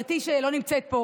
אז אני מבקשת לשמור על השקט.